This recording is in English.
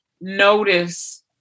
notice